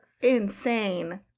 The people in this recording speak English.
insane